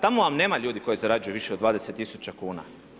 Tako vam nema ljudi koji zarađuju više od 20 tisuća kuna.